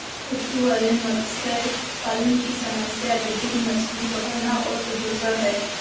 estuarine मत्स्य पालन की समस्या अत्यधिक मछली पकड़ना और प्रदूषण है